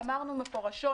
אמרנו מפורשות,